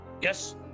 Yes